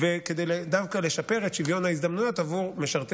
דווקא כדי לשפר את שוויון ההזדמנויות עבור משרתי